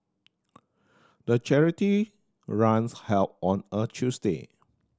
the charity runs held on a Tuesday